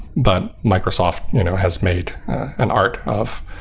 but microsoft you know has made an art of.